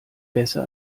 besser